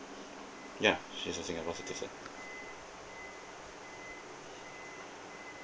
yeah she's a singapore citizen